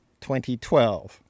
2012